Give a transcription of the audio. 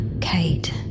Kate